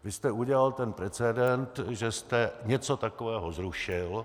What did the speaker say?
Vy jste udělal ten precedent, že jste něco takového zrušil.